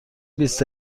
بیست